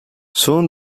soon